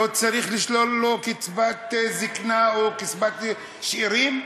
לא צריך לשלול לו קצבת זיקנה או קצבת שאירים?